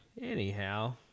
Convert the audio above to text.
anyhow